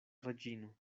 reĝino